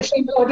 קשה --- ברור.